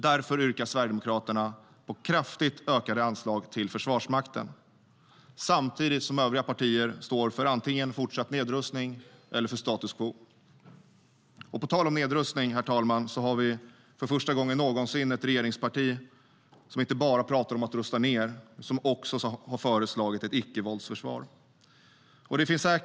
Därför yrkar Sverigedemokraterna på kraftigt ökade anslag till Försvarsmakten samtidigt som övriga partier står för antingen fortsatt nedrustning eller för status quo. På tal om nedrustning har vi för första gången någonsin ett regeringsparti som inte bara pratar om att rusta ned utan som också har föreslagit ett icke-våldsförsvar.